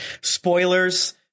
spoilers